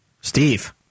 Steve